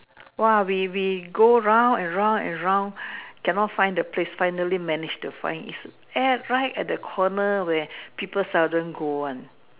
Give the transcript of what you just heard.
!wow! we we go round and round and round can not find the place find the fan is right at the corner we are people suddenly going